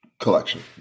collection